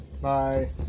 Bye